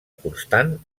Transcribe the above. constant